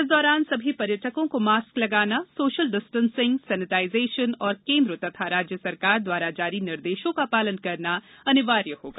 इस दौरान सभी पर्यटकों को मास्क लगाना सोशल डिस्टेंसिंग सेनेटाइजेशन और केन्द्र और राज्य सरकार द्वारा जारी निर्देशों का पालन करना अनिवार्य होगा